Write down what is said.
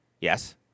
Yes